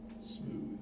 Smooth